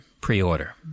pre-order